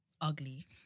ugly